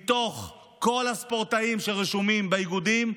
בתוך כל הספורטאים שרשומים באיגודים,